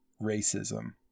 racism